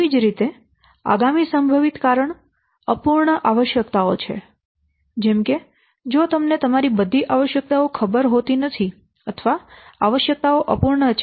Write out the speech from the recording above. તેવી જ રીતે આગામી સંભવિત કારણ અપૂર્ણ આવશ્યકતાઓ છે જેમ કે જો તમને તમારી બધી આવશ્યકતાઓ ખબર હોતી નથી અથવા આવશ્યકતાઓ અપૂર્ણ છે